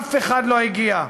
אף אחד לא הגיע.